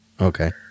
okay